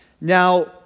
now